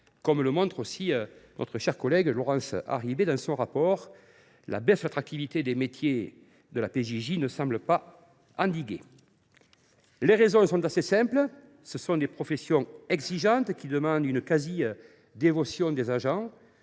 Comme le montre aussi notre chère collègue Laurence Harribey dans son rapport pour avis sur ce programme, la baisse de l’attractivité des métiers de la PJJ ne semble pas endiguée. Les raisons en sont assez simples : ce sont des professions exigeantes qui demandent une quasi dévotion des agents.